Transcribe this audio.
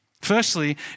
Firstly